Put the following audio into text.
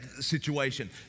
situation